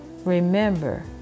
Remember